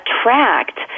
attract